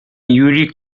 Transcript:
یوری